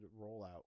rollout